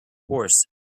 horse